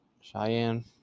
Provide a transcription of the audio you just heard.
Cheyenne